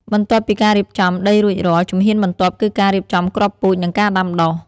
បន្ទាប់ពីការរៀបចំដីរួចរាល់ ជំហានបន្ទាប់គឺការរៀបចំគ្រាប់ពូជ និងការដាំដុះ។